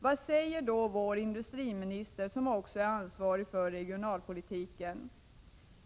Vad säger då vår industriminister, som också är ansvarig för regionalpolitiken?